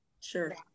Sure